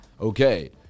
Okay